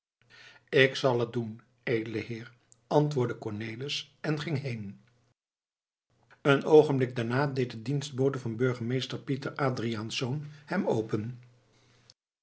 ik zal het doen edele heer antwoordde cornelis en ging heen een oogenblik daarna deed de dienstbode van burgemeester pieter adriaensz hem open